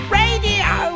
radio